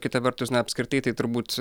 kita vertus na apskritai tai turbūt